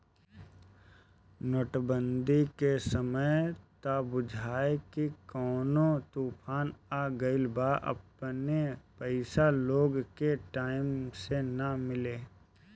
note बंदी के समय त बुझाए की कवनो तूफान आ गईल बा अपने पईसा लोग के टाइम से ना मिले